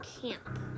camp